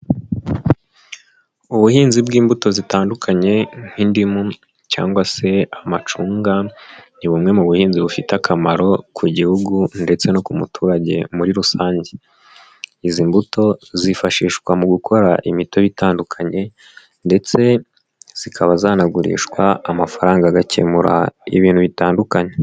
Ubuhinzi bw'imbuto zitandukanye nk'indimu cyangwa se amacunga, ni bumwe mu buhinzi bufite akamaro ku gihugu ndetse no ku muturage muri rusange. Izi mbuto zifashishwa mu gukora imitobe itandukanye ndetse zikaba zanagurishwa amafaranga agakemura ibintu bitandukanye.